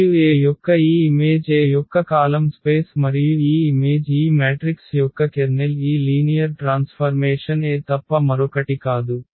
మరియు A యొక్క ఈ ఇమేజ్ A యొక్క కాలమ్ స్పేస్ మరియు ఈ ఇమేజ్ ఈ మ్యాట్రిక్స్ యొక్క కెర్నెల్ ఈ లీనియర్ ట్రాన్స్ఫర్మేషన్ A తప్ప మరొకటి కాదు